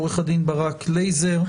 עו"ד ברק לייזר,